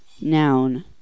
noun